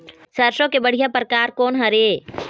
सरसों के बढ़िया परकार कोन हर ये?